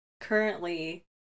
currently